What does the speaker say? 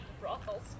Brothels